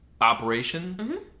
operation